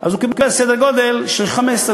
אז הוא קיבל סדר-גודל של 15%,